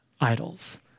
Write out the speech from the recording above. idols